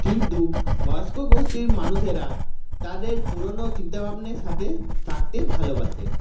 কিন্তু বয়স্ক গোষ্ঠীর মানুষেরা তাদের পুরনো চিন্তাভাবনার সাথে থাকতে ভালোবাসে